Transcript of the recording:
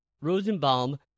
Rosenbaum